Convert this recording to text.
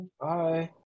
Bye